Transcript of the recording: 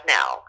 now